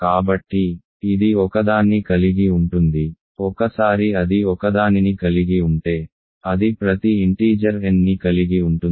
కాబట్టి ఇది ఒకదాన్ని కలిగి ఉంటుంది ఒకసారి అది ఒకదానిని కలిగి ఉంటే అది ప్రతి ఇంటీజర్ nని కలిగి ఉంటుంది